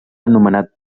anomenat